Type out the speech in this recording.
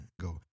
go